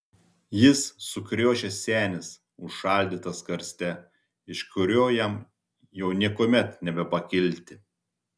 jis sukriošęs senis užšaldytas karste iš kurio jam jau niekuomet nebepakilti